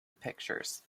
pictures